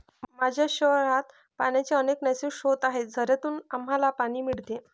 माझ्या शहरात पाण्याचे अनेक नैसर्गिक स्रोत आहेत, झऱ्यांतून आम्हाला पाणी मिळते